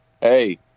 Hey